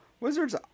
wizards